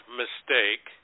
mistake